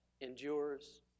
endures